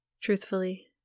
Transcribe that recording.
Truthfully